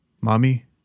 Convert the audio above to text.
Mommy